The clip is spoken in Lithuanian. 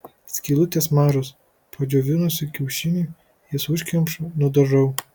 skylutės mažos padžiovinusi kiaušinį jas užkemšu nudažau